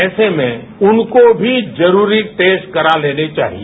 ऐसे में उनको भी जरूरी टेस्ट करा लेने चाहिए